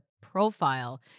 profile